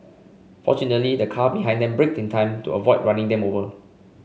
fortunately the car behind them braked in time to avoid running them over